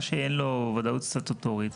מה שאין לו וודאות סטטוטורית,